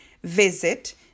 Visit